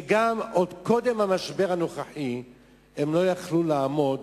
וגם עוד קודם המשבר הנוכחי הן לא היו יכולות לעמוד